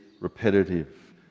repetitive